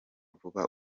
vuba